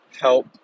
help